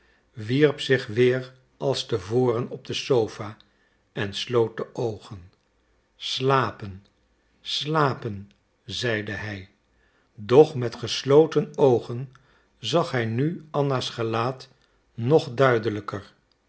wierp zich weer als te voren op de sopha en sloot de oogen slapen slapen zeide hij doch met gesloten oogen zag hij nu anna's gelaat nog duidelijker